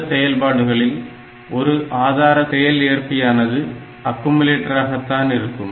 இந்த செயல்பாடுகளில் ஒரு ஆதார செயல்ஏற்பியானது அக்குமுலேட்டராகத்தான் இருக்கும்